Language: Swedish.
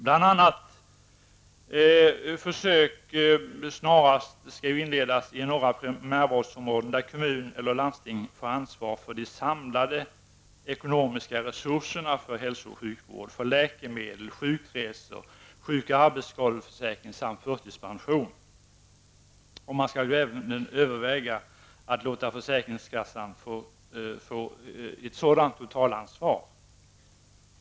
Bl.a. skall försök snarast inledas i några primärvårdsområden, där kommun eller landsting skall få ansvar för de samlade ekonomiska resurserna för hälso och sjukvård, för läkemedel, sjukresor, sjuk och arbetsskadeförsäkringen samt förtidspensionen. Man skall även överväga att låta försäkringskassan få ett sådant totalansvar.